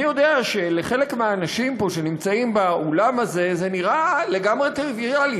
אני יודע שלחלק מהאנשים פה שנמצאים באולם הזה זה נראה לגמרי טריוויאלי.